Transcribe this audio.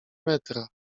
metra